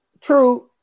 True